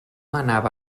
anava